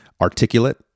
articulate